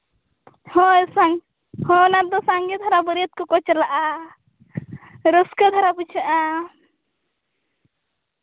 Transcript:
ᱦᱚᱲ ᱥᱟᱶ ᱦᱚᱸ ᱚᱱᱟ ᱫᱚ ᱥᱟᱸᱜᱮ ᱫᱷᱟᱨᱟ ᱵᱟᱹᱨᱭᱟᱹᱛ ᱠᱚᱠᱚ ᱪᱟᱞᱟᱜᱼᱟ ᱨᱟᱹᱥᱠᱟᱹ ᱫᱷᱟᱨᱟ ᱵᱩᱡᱷᱟᱹᱜᱼᱟ